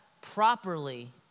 properly